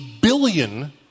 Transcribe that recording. billion